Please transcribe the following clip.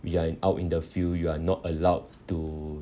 we are in out in the field you are not allowed to